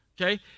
Okay